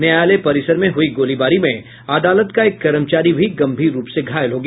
न्यायालय परिसर में हुई गोलीबारी में अदालत का एक कर्मचारी भी गंभीर रूप से घायल हो गया